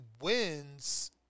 wins